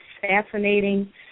fascinating